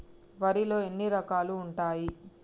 వరిలో ఎన్ని రకాలు ఉంటాయి?